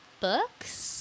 books